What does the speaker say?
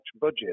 budget